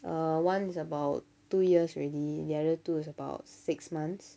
err one is about two years already the other two is about six months